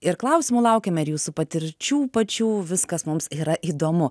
ir klausimų laukiame ir jūsų patirčių pačių viskas mums yra įdomu